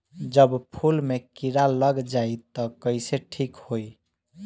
जब फूल मे किरा लग जाई त कइसे ठिक होई?